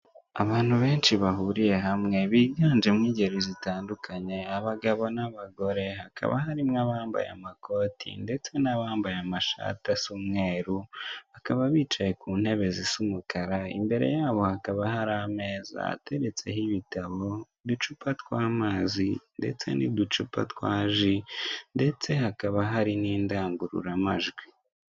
Abantu benshi bahuriye hamwe biganjemo ingeri zitandukanye abagabo n'abagore hakaba harimo abambaye amakoti ndetse n'abambaye amashati asa umweru bakaba bicaye ku ntebe zisa umukara, imbere yabo hakaba hari ameza ateretseho ibitabo uducupa tw'amazi ndetse n'uducupa twa ji ndetse hakaba hari n'indangururamajwi.